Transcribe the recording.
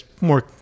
more